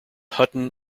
hutton